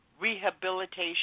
rehabilitation